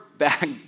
back